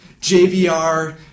JVR